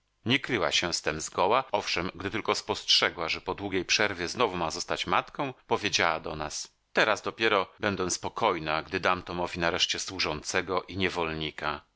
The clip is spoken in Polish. nie kryła się z tem zgoła owszem gdy tylko spostrzegła że po długiej przerwie znowu ma zostać matką powiedziała do nas teraz dopiero będę spokojna gdy dam tomowi nareszcie służącego i niewolnika